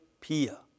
Pia